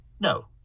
no